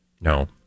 no